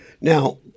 Now